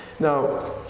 Now